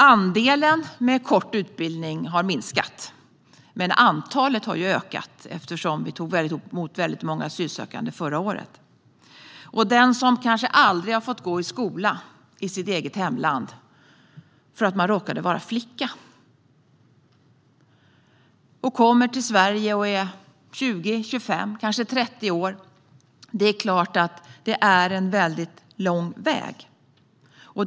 Andelen personer med kort utbildning har minskat, men antalet har ökat, eftersom vi tog emot väldigt många asylsökande förra året. Det finns de som kanske aldrig har fått gå i skola i sitt hemland för att de råkat vara flickor och som kommer till Sverige när de är 20 eller 25 eller kanske 30 år. Det är klart att det är en väldigt lång väg för dem.